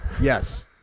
yes